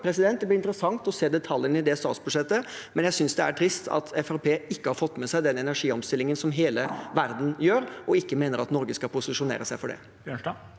aldri før. Det blir interessant å se detaljene i det statsbudsjettet, men jeg synes det er trist at Fremskrittspartiet ikke har fått med seg den energiomstillingen som hele verden gjør, og ikke mener at Norge skal posisjonere seg for det.